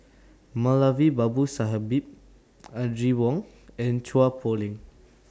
Moulavi Babu Sahib Audrey Wong and Chua Poh Leng